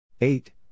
Eight